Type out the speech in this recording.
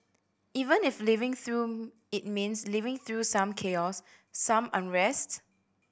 even if living through it means living through some chaos some unrest